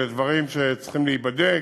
אלה דברים שצריכים להיבדק,